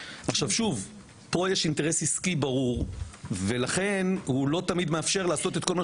יש פה אינטרס עסקי ברור ולכן הוא לא תמיד מאפשר לעשות את כל מה